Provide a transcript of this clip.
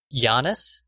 Giannis